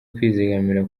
kwizigamira